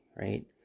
right